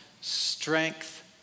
strength